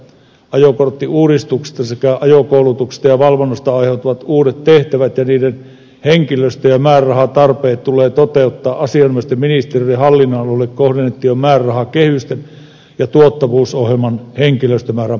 ajokorttiuudistuksista sekä ajokoulutuksesta ja valvonnasta aiheutuvat uudet tehtävät ja niiden henkilöstö ja määrärahatarpeet tulee toteuttaa asianomaisten ministeriöiden hallinnonaloille kohdennettujen määrärahakehysten ja tuottavuusohjelman henkilöstömäärän puitteissa